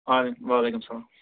اَدٕ وعلیکُم سلام